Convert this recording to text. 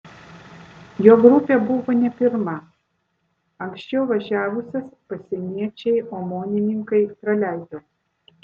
jo grupė buvo ne pirma anksčiau važiavusias pasieniečiai omonininkai praleido